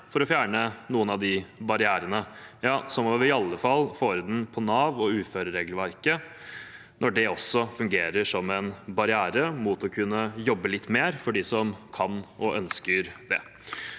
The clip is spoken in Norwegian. for å fjerne noen av de barrierene, må vi i alle fall få orden på Nav og uføreregelverket når det også fungerer som en barriere mot å kunne jobbe litt mer – for dem som kan og ønsker det.